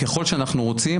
ככל שאנחנו רוצים,